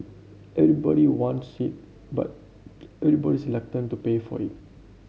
everybody wants it but everybody's to pay for it